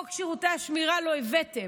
את חוק שירותי השמירה לא הבאתם,